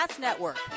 Network